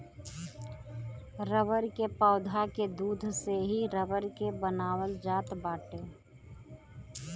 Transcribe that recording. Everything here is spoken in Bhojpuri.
रबर के पौधा के दूध से ही रबर के बनावल जात बाटे